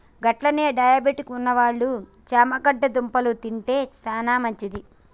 గట్లనే డయాబెటిస్ ఉన్నవాళ్ళు చేమగడ్డ దుంపలు తింటే సానా మంచిది